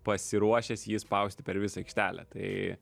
pasiruošęs jį spausti per visą aikštelę tai